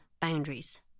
boundaries